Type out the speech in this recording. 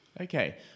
Okay